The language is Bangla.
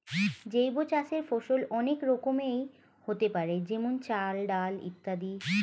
জৈব চাষের ফসল অনেক রকমেরই হতে পারে যেমন চাল, ডাল ইত্যাদি